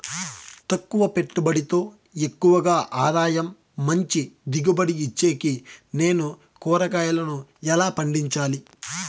తక్కువ పెట్టుబడితో ఎక్కువగా ఆదాయం మంచి దిగుబడి ఇచ్చేకి నేను కూరగాయలను ఎలా పండించాలి?